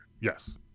Yes